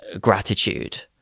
gratitude